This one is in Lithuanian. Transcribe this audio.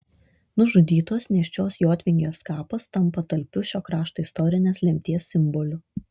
nužudytos nėščios jotvingės kapas tampa talpiu šio krašto istorinės lemties simboliu